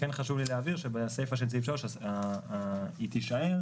כן חשוב לי להגיד שהסיפה של סעיף (3) תישאר,